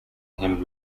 him